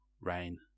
rain